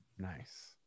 Nice